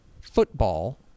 football